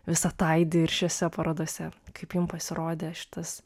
vis ataidi ir šiose parodose kaip jum pasirodė šitas